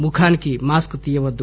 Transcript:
ముఖానికి మాస్క తియ్యవద్దు